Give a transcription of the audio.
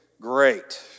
Great